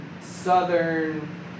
Southern